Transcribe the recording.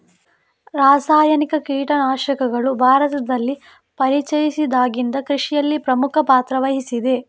ರಾಸಾಯನಿಕ ಕೀಟನಾಶಕಗಳು ಭಾರತದಲ್ಲಿ ಪರಿಚಯಿಸಿದಾಗಿಂದ ಕೃಷಿಯಲ್ಲಿ ಪ್ರಮುಖ ಪಾತ್ರ ವಹಿಸಿದೆ